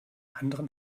anderen